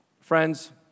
Friends